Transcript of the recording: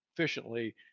efficiently